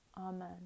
Amen